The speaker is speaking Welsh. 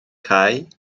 cau